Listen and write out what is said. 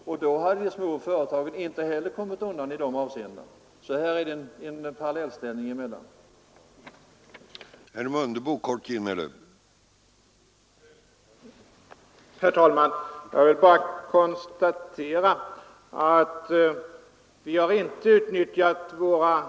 Inte heller då hade de små företagarna undgått att bli drabbade. Det är alltså i detta avseende en parallellitet mellan de båda alternativen.